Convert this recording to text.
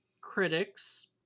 critics